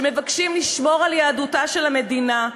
שמבקשים לשמור על יהדותה של המדינה,